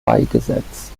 beigesetzt